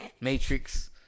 Matrix